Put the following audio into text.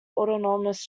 autonomous